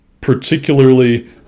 particularly